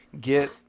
get